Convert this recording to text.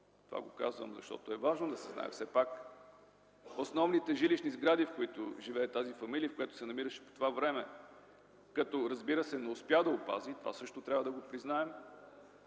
казвам това, защото е важно да се знае – основните жилищни сгради, в които живее тази фамилия и която се намираше там по това време, като не успя да опази (това също трябва да го признаем)